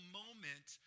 moment